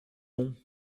bon